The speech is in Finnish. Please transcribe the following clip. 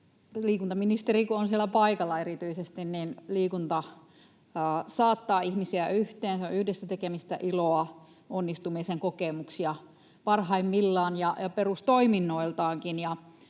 liikuntaministeri on siellä paikalla. Liikunta saattaa ihmisiä yhteen, se on yhdessä tekemistä, iloa, onnistumisen kokemuksia parhaimmillaan ja perustoiminnoiltaankin.